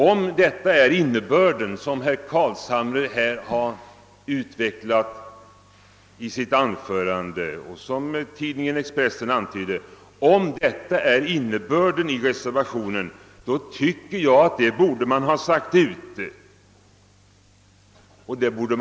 Om den tolkning, som herr Carlshamre utvecklat i sitt anförande och som tidningen Expressen antytt, är den verkliga innebörden i reservationen, tycker jag att man borde ha sagt ut detta i klartext.